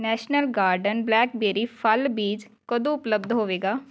national garden blackberry ਫਲ ਬੀਜ ਕਦੋਂ ਉਪਲੱਬਧ ਹੋਵੇਗਾ